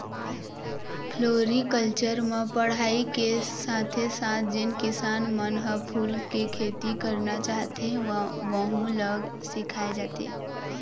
floriculture म पढ़ाई के साथे साथ जेन किसान मन ह फूल के खेती करना चाहथे वहूँ ल सिखाए जाथे